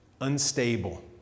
unstable